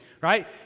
right